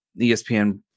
ESPN